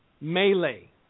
melee